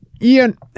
Ian